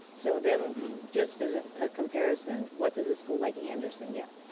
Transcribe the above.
so then, just as a comparison, what does a school like andersen get?